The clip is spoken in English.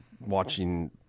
watching